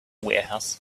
warehouse